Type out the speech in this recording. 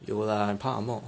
有 lah 你怕什么